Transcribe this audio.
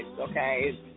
Okay